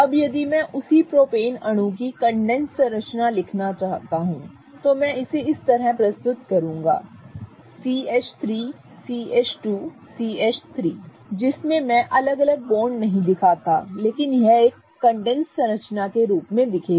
अब यदि मैं उसी प्रोपेन अणु की कंडेंस्ड संरचना लिखना चाहता हूं तो मैं इसे इस तरह प्रस्तुत करूंगा CH3CH2CH3 जिसमें मैं अलग अलग बॉन्ड नहीं दिखाता लेकिन यह एक कंडेंस्ड संरचना के रूप में दिखेगा